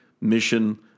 mission